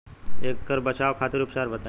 ऐकर बचाव खातिर उपचार बताई?